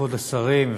כבוד השרים,